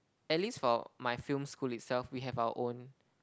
at least for my film school itself we have our own